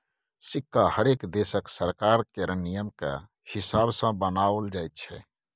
सिक्का हरेक देशक सरकार केर नियमकेँ हिसाब सँ बनाओल जाइत छै